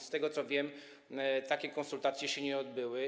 Z tego, co wiem, takie konsultacje się nie odbyły.